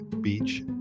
Beach